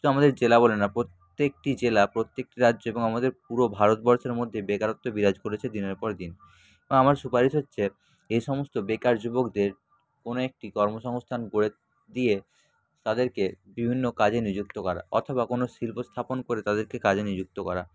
শুধু আমাদের জেলা বলে না প্রত্যেকটি জেলা প্রত্যেকটি রাজ্য এবং আমাদের পুরো ভারতবর্ষের মধ্যে বেকারত্ব বিরাজ করেছে দিনের পর দিন আমার সুপারিশ হচ্ছে এ সমস্ত বেকার যুবকদের কোনো একটি কর্মসংস্থান গড়ে দিয়ে তাদেরকে বিভিন্ন কাজে নিযুক্ত করা অথবা কোনো শিল্প স্থাপন করে তাদেরকে কাজে নিযুক্ত করা